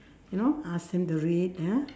you know ask him to read ya